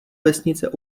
vesnice